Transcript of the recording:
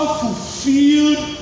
fulfilled